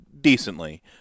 decently